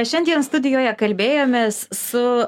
šiandien studijoje kalbėjomės su